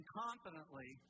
confidently